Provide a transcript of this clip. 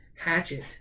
hatchet